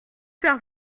faire